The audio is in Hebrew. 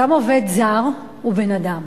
גם עובד זר הוא בן-אדם.